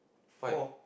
four